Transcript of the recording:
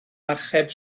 archeb